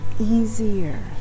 easier